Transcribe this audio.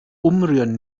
umrühren